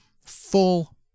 full